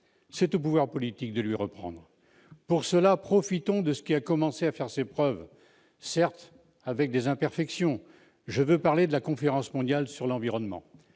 c'est au pouvoir politique de lui reprendre. Pour cela, profitons de ce qui a commencé à faire ses preuves, certes avec des imperfections : je veux parler des conférences mondiales sur l'environnement,